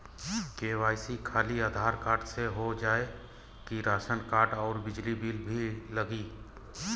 KYC खाली Aadhaar card से हो जाए कि राशन कार्ड अउर बिजली बिल भी लगी?